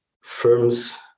firms